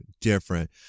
different